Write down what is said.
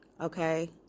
okay